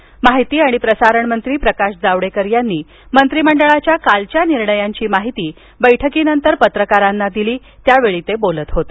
केंद्रीय माहिती आणि प्रसारण मंत्री प्रकाश जावडेकर यांनी मंत्रीमंडळाच्या कालच्या निर्णयांची माहिती बैठकीनंतर पत्रकारांना दिली त्यावेळी ते बोलत होते